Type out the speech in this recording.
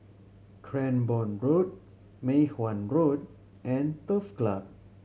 Cranborne Road Mei Hwan Road and Turf Club